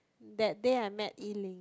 that day I met Yi-Ling